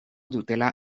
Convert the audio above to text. dutela